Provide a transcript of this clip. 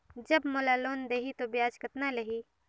जब मोला लोन देही तो ब्याज कतना लेही?